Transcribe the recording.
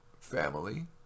family